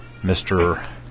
Mr